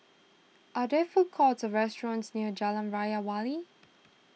are there food courts or restaurants near Jalan Raja Wali